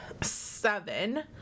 Seven